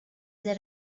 there